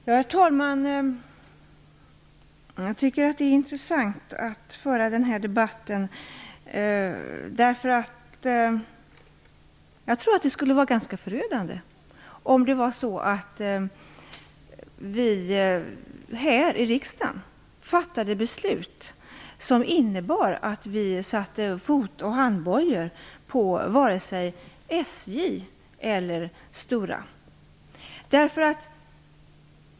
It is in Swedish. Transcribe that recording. Herr talman! Jag tycker att det är intressant att föra denna debatt. Jag tror att det skulle vara ganska förödande, om vi här i riksdagen fattade beslut som innebar att vi satte fot och handbojor på SJ eller Stora.